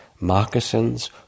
moccasins